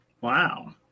Wow